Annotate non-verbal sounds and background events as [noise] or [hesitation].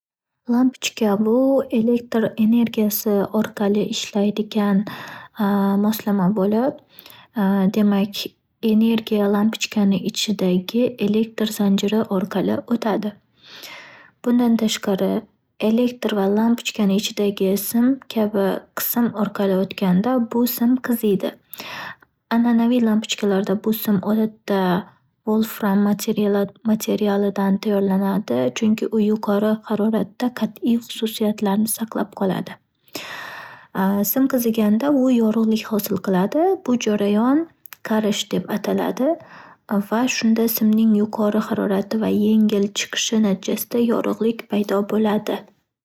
Lampochka bu elektr energiyasi orqali ishlaydigan [hesitation] moslama bo'lib, [hesitation] demak, energiya lampochkani ichidagi elektr zanjir orqali o'tadi. Bundan tashqari, elektr va lampochkani ichidagi sim kabi qism orqali o'tganda bu sim qiziydi. An'anaviy lampochkalarda bu sim odatda, volfram matrial-materialidan tayyorlanadi. Chunki u yuqori haroratda qat'iy xususiyatlarini saqlab qoladi. [hesitation] Sim qiziganda u yorug'lik hosil qiladi. Bu jarayon qarish deb ataladi va shunda simning yuqori harorati va yengil chiqishi natijasida yorug'lik paydo bo'ladi.